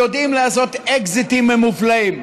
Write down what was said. והם יודעים לעשות אקזיטים מופלאים.